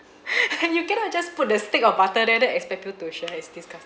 and you cannot just put the stick of butter there then expect you to share it's disgusting